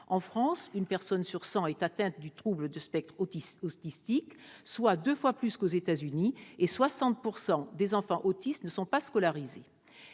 En France, une personne sur cent est atteinte de trouble du spectre autistique, soit deux fois plus qu'aux États-Unis, et 60 % des enfants autistes ne sont pas scolarisés.